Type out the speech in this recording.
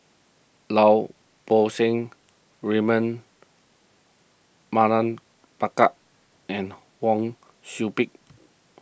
Lau Poo Seng Raymond Mardan and Wang Sui Pick